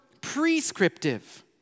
prescriptive